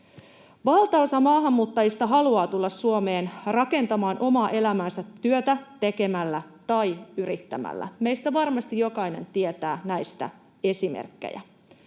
Valtaosa maahanmuuttajista haluaa tulla Suomeen rakentamaan omaa elämäänsä työtä tekemällä tai yrittämällä. Meistä varmasti jokainen tietää näistä esimerkkejä.